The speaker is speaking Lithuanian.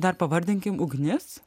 dar pavardinkim ugnis